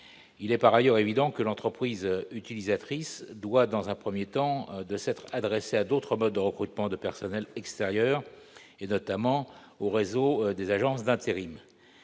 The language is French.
ailleurs, il est évident que l'entreprise utilisatrice doit, dans un premier temps, s'être tournée vers d'autres modes de recrutement de personnels extérieurs, notamment au réseau des agences d'intérim.